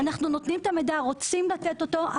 אנחנו נותנים את המידע, רוצים לתת אותו.